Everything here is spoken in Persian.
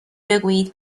بگویید